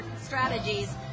strategies